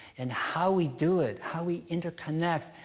and how we do it, how we interconnect,